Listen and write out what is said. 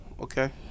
Okay